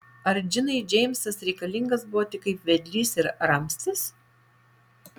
ar džinai džeimsas reikalingas buvo tik kaip vedlys ir ramstis